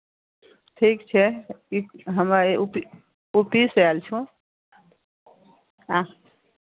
ठीक छै यू हम्मे उ पी उ पी सँ आयल छौँ हँ